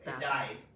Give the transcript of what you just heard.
died